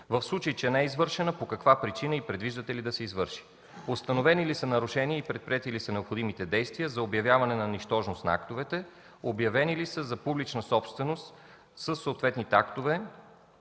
В случай, че не е извършена, по каква причина и предвиждате ли да се извърши? Установени ли са нарушения и предприети ли са необходимите действия за обявяване на нищожност на актовете? Обявени ли са за публична собственост със съответните актове